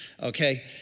okay